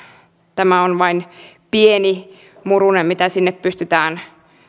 tämä on vain pieni murunen mitä sinne pystytään